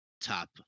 top